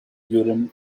urim